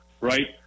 right